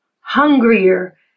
hungrier